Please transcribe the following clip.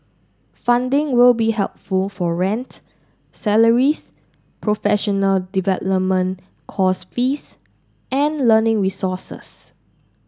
funding will be helpful for rent salaries professional development course fees and learning resources